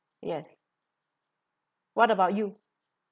yes what about you